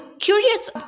curious